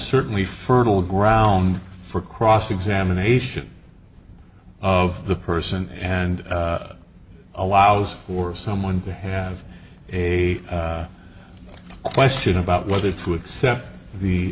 certainly fertile ground for cross examination of the person and allows for someone to have a a question about whether to accept the